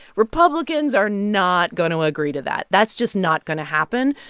republicans are not going to agree to that. that's just not going to happen.